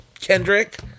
Kendrick